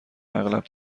اغلب